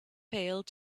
failed